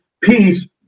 peace